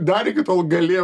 dar iki tol galėjau